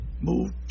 move